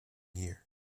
year